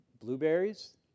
blueberries